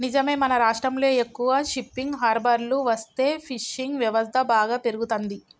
నిజమే మన రాష్ట్రంలో ఎక్కువ షిప్పింగ్ హార్బర్లు వస్తే ఫిషింగ్ వ్యవస్థ బాగా పెరుగుతంది